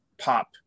pop